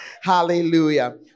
Hallelujah